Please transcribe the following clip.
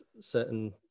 certain